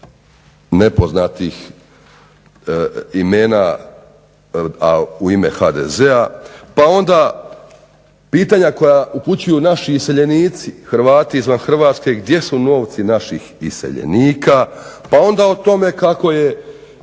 nepoznatih imena, a u ime HDZ-a. Pa onda pitanja koja upućuju naši iseljenici, Hrvati izvan Hrvatske, gdje su novci naših iseljenika, pa onda o tome kako je